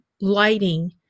lighting